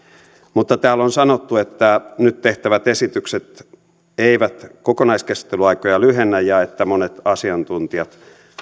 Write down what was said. mutta täällä on sanottu että nyt tehtävät esitykset eivät kokonaiskäsittelyaikoja lyhennä ja että monet asiantuntijat